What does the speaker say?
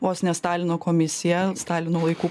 vos ne stalino komisija stalino laikų